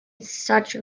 such